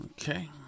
Okay